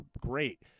great